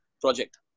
project